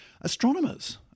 astronomers